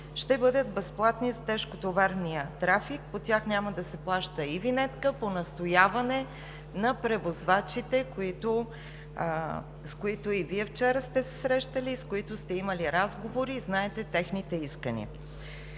ще бъдат безплатни за тежкотоварния трафик – по тях няма да се плаща и винетка по настояване на превозвачите, с които и Вие вчера сте се срещали и с които сте имали разговори – знаете техните искания.